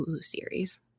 series